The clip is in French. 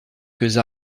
quelques